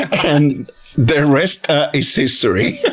and the rest is history.